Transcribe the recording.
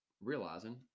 realizing